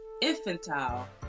infantile